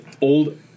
old